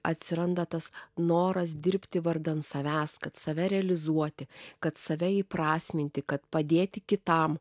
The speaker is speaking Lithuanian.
atsiranda tas noras dirbti vardan savęs kad save realizuoti kad save įprasminti kad padėti kitam